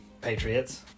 Patriots